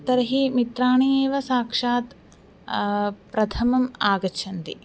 तर्हि मित्राणि एव साक्षात् प्रथमम् आगच्छन्ति